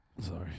Sorry